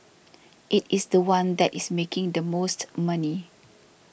it is the one that is making the most money